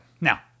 Now